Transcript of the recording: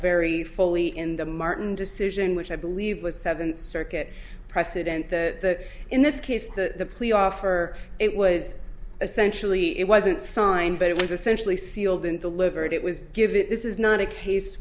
very fully in the martin decision which i believe was seventh circuit precedent the in this case the plea offer it was essentially it wasn't signed but it was essentially sealed and delivered it was given this is not a case